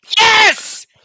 Yes